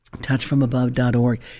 touchfromabove.org